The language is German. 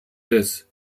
des